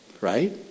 right